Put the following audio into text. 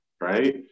right